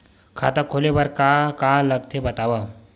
खाता खोले बार का का लगथे बतावव?